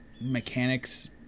mechanics